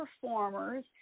performers